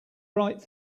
right